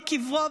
מקברו,